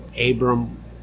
Abram